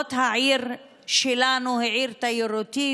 למרות שהעיר שלנו עיר תיירותית,